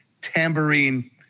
tambourine